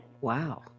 Wow